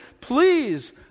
Please